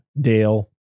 Dale